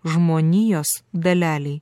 žmonijos dalelei